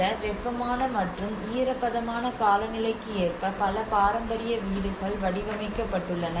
இந்த வெப்பமான மற்றும் ஈரப்பதமான காலநிலைக்கு ஏற்ப பல பாரம்பரிய வீடுகள் வடிவமைக்கப்பட்டு உள்ளன